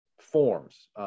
forms